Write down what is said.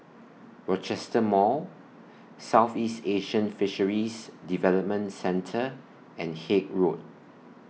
Rochester Mall Southeast Asian Fisheries Development Centre and Haig Road